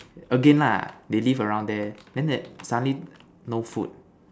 again nah they live around there then that suddenly no food